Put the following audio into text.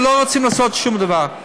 ולא רוצים לעשות שום דבר.